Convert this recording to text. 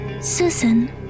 Susan